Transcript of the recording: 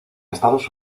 estados